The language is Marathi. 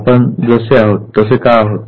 आपण जसे आहोत तसे का आहोत